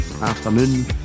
afternoon